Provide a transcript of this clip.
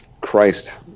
Christ